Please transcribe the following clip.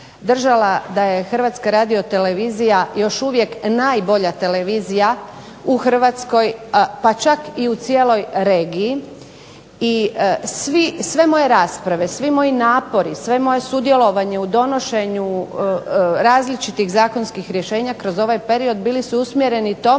držala da je Hrvatska radiotelevizija još uvijek najbolja televizija u Hrvatskoj, pa čak i u cijeloj regiji. I sve moje rasprave, svi moji napori, sve moje sudjelovanje u donošenju različitih zakonskih rješenja kroz ovaj period bili su usmjereni tome